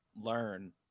learn